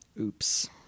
Oops